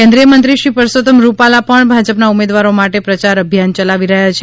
કેન્દ્રિય મંત્રીશ્રી પરસોત્તમ રૂપાલા પણ ભાજપના ઉમેદવારો માટે પ્રયાર અભિયાન ચલાવી રહ્યા છે